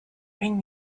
bring